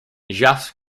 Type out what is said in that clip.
jacques